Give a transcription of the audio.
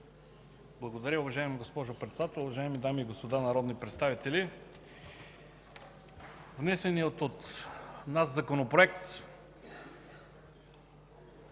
Благодаря, уважаема госпожо Председател. Уважаеми дами и господа народни представители! Внесеният от нас Законопроект